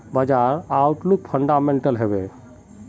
बाजार outlook fundamental हैवै?